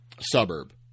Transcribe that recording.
suburb